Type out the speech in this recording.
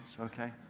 okay